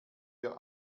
wir